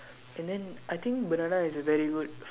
and then I think banana is a very good